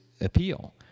appeal